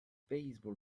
baseball